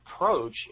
approach